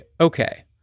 okay